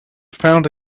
found